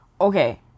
Okay